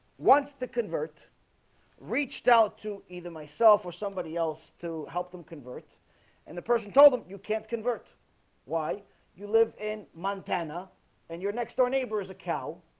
once the convert reached out to either myself or somebody else to help them convert and the person told them you can't convert why you live in montana and your next-door neighbor is a cow